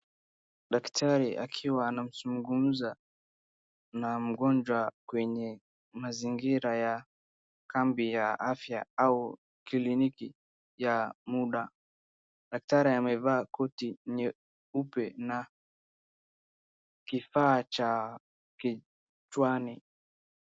Daktari akiwa anazungumza na mgonjwa kwenye mazingira ya kambi ya afya au kliniki ya muda, daktari amevaa koti nyeupe na kifaa cha kichwani.